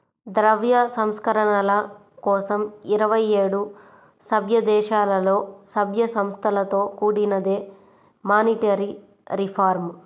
ద్రవ్య సంస్కరణల కోసం ఇరవై ఏడు సభ్యదేశాలలో, సభ్య సంస్థలతో కూడినదే మానిటరీ రిఫార్మ్